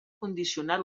condicionat